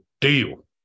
deal